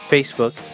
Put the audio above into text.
Facebook